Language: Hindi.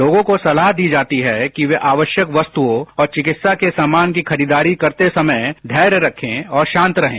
लोगों को सलाह दी जाती है कि वे आवश्यक वस्तुओं और चिकित्सा के सामान की खरीदारी करते समय धैर्य रखें और शांत रहें